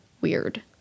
weird